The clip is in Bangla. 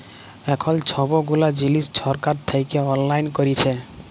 এখল ছব গুলা জিলিস ছরকার থ্যাইকে অললাইল ক্যইরেছে